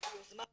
ביוזמה פרטית,